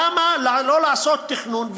למה לא לעשות תכנון?